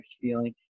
feeling